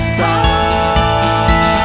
time